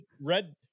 red